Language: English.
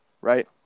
right